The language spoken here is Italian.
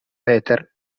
peter